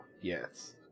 Yes